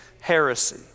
heresy